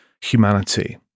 humanity